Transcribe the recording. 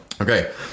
Okay